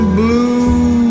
blue